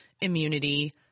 immunity